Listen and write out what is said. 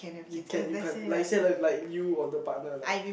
you can you can't like you say like you or the partner like